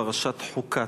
פרשת חוקת.